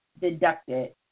deducted